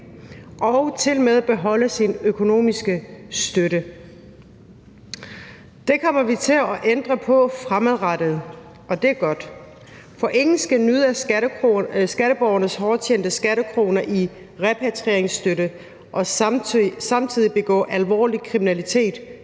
og tilmed beholde sin økonomiske støtte. Det kommer vi til at ændre på fremadrettet, og det er godt. For ingen skal nyde godt af skatteborgernes hårdt tjente skattekroner i repatrieringsstøtte og samtidig begå alvorlig kriminalitet